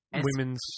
women's